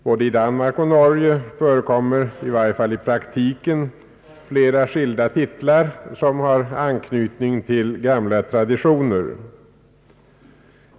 Både i Danmark och Norge förekommer — i varje fall i praktiken — flera titlar, som har anknytning till gamla traditioner.